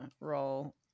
roll